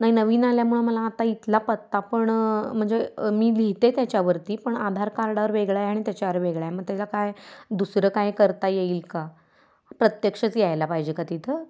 नाही नवीन आल्यामुळं मला आता इथला पत्ता पण म्हणजे मी लिहिते त्याच्यावरती पण आधार कार्डावर वेगळा आहे आणि त्याच्यावर वेगळा आहे मग त्याला काय दुसरं काय करता येईल का प्रत्यक्षच यायला पाहिजे का तिथं